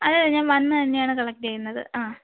അല്ലല്ല ഞാൻ വന്ന് തന്നെയാണ് കളക്ട് ചെയ്യുന്നത് ആ